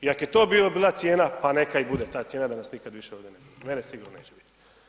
I ako je to bila cijena, pa neka i bude ta cijena da nas nikad više ovdje ne bude, mene sigurno neće biti.